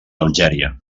algèria